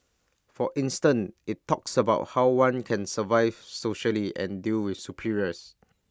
for instance IT talks about how one can survive socially and deal with superiors